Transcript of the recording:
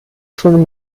schon